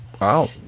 Wow